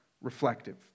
reflective